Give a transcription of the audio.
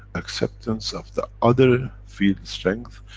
acceptance of the other field-strength,